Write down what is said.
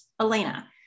Elena